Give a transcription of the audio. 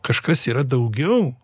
kažkas yra daugiau